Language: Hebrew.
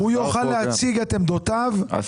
משרד הספורט כאן והוא יוכל להציג את עמדותיו ולהתגונן.